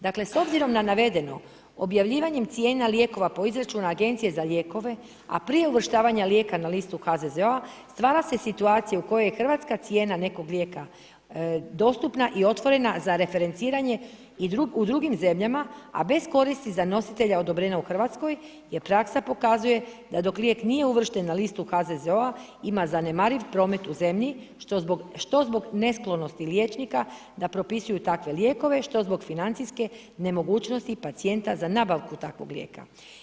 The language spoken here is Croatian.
Dakle, s obzirom na navedeno objavljivanjem cijena lijekova po izračunu Agencije za lijekove, a prije uvrštavanja lijeka na listu HZZO-a stvara se situacija u kojoj je hrvatska cijena nekog lijeka dostupna i otvorena za referenciranje i u drugim zemljama, a bez koristi za nositelja odobrenja u Hrvatskoj jer praksa pokazuje da dok lijek nije uvršten na listu HZZO-a ima zanemariv promet u zemlji što zbog nesklonosti liječnika da propisuju takve lijekove, što zbog financijske nemogućnosti pacijenta za nabavku takvog lijeka.